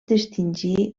distingir